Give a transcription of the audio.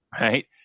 right